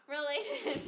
related